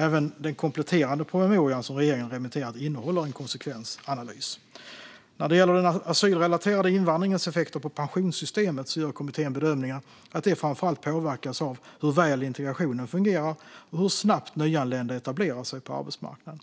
Även den kompletterande promemorian som regeringen remitterat innehåller en konsekvensanalys. När det gäller den asylrelaterade invandringens effekter på pensionssystemet gör kommittén bedömningen att det framför allt påverkas av hur väl integrationen fungerar och hur snabbt nyanlända etablerar sig på arbetsmarknaden.